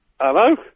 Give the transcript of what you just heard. Hello